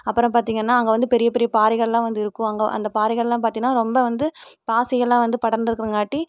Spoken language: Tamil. அப்புறம் பார்த்திங்கன்னா அங்கே வந்து பெரிய பெரிய பாறைகள்லாம் வந்து இருக்கும் அங்க அந்த பாறைகள்லாம் பார்த்திங்கன்னா ரொம்ப வந்து பாசியெல்லாம் வந்து படந்திருக்குறதுங்காட்டி